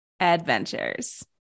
adventures